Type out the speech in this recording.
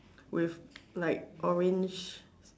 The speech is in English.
with like orange